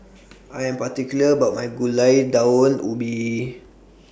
I Am particular about My Gulai Daun Ubi